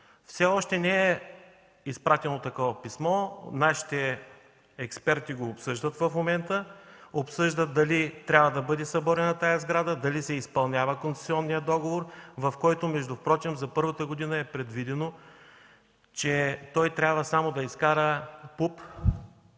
Все още не е изпратено такова писмо. Нашите експерти обсъждат в момента дали трябва да бъде съборена тази сграда, дали се изпълнява концесионният договор, в който, впрочем, за първата година е предвидено, че той трябва само да изкара ПУП